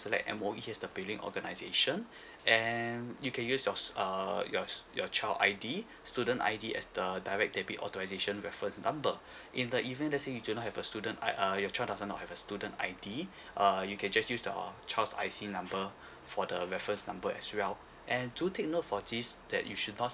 select M_O_E as the billing organisation and you can use your uh your your child I_D student I_D as the a direct debit authorisation reference number in the event let say you do not have a student I uh your child doesn't have a student I_D uh you can just use the child's I_C number for the reference number as well and to take note for these that you should not